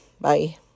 Bye